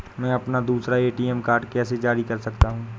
मैं अपना दूसरा ए.टी.एम कार्ड कैसे जारी कर सकता हूँ?